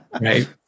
right